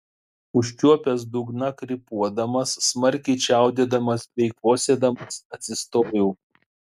užčiuopęs dugną krypuodamas smarkiai čiaudėdamas bei kosėdamas atsistojau